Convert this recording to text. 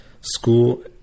school